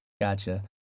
Gotcha